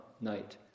night